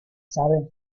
sabe